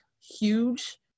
huge